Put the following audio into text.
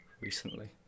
recently